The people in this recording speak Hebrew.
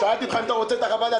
שאלתי אותך אם אתה רוצה את חוות הדעת,